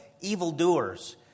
evildoers